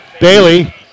Bailey